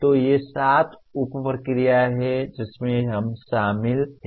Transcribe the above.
तो ये सात उप प्रक्रियाएं हैं जिसमे हम शामिल हैं